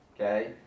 Okay